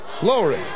Glory